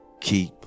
keep